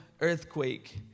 earthquake